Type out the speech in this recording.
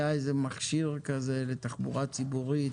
היה איזה מכשיר לתחבורה ציבורית,